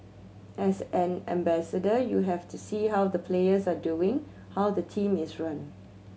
as an ambassador you have to see how the players are doing how the team is run